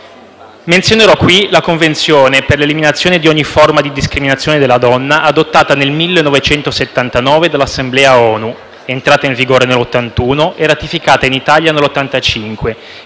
Menzionerò qui la Convenzione per l'eliminazione di ogni forma di discriminazione della donna adottata nel 1979 dell'Assemblea ONU, entrata in vigore nel 1981 e ratificata in Italia nel 1985,